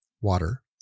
water